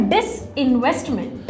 Disinvestment